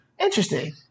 Interesting